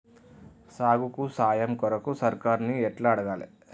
సాగుకు సాయం కొరకు సర్కారుని ఎట్ల అడగాలే?